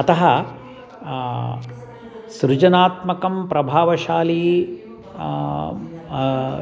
अतः सृजनात्मकं प्रभावशाली